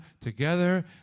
together